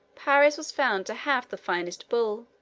paris was found to have the finest bull,